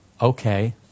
okay